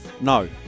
No